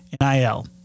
NIL